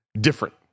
Different